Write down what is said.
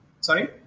Sorry